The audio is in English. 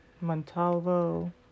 montalvo